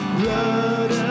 blood